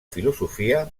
filosofia